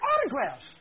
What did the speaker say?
autographs